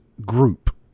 group